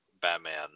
Batman